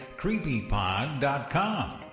creepypod.com